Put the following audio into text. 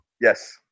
Yes